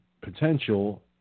potential